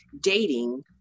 dating